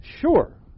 sure